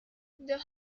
the